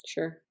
Sure